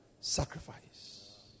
sacrifice